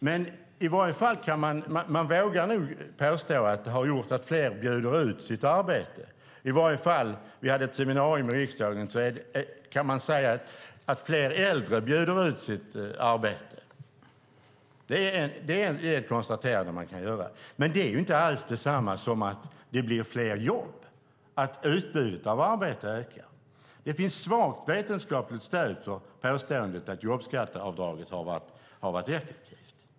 Men man vågar nog påstå att det har gjort att fler bjuder ut sitt arbete. Vi hade ett seminarium i riksdagen då det kom fram att man i varje fall kan säga att fler äldre bjuder ut sitt arbete. Men det är inte alls detsamma som att det blir fler jobb, alltså att utbudet av arbeten ökar. Det finns svagt vetenskapligt stöd för påståendet att jobbskatteavdraget har varit effektivt.